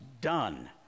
done